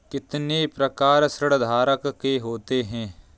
कितने प्रकार ऋणधारक के होते हैं?